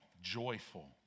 joyful